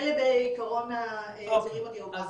אלה בעיקרון הצירים הגיאוגרפיים.